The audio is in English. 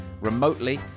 remotely